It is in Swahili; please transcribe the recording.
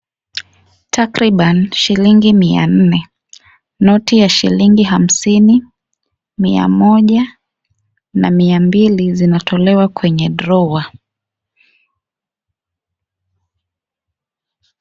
Takriban shilingi 400 noti ya shilingi 50, 100 na 200 zinatolewa kwenye drawer .